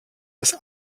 das